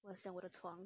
我想我的床